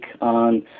on